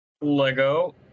Lego